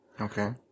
okay